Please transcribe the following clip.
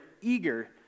eager